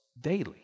daily